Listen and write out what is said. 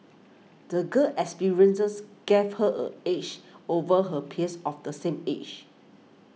the girl's experiences gave her a edge over her peers of the same age